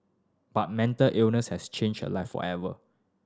but mental illness has changed her life forever